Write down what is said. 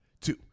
two